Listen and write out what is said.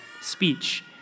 speech